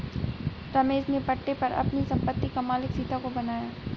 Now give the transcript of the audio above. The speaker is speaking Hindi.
रमेश ने पट्टे पर अपनी संपत्ति का मालिक सीता को बनाया है